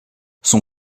son